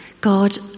God